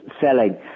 selling